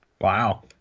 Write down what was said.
Wow